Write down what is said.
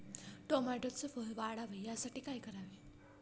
टोमॅटोचे फळ वाढावे यासाठी काय करावे?